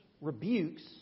rebukes